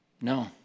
No